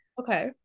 Okay